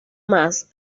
más